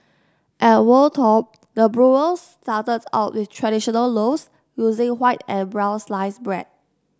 at Wold Top the brewers started out with traditional loaves using white and brown sliced bread